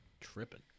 tripping